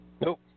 Nope